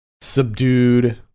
subdued